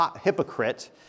hypocrite